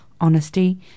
honesty